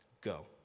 go